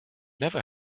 never